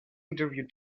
interview